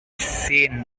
seen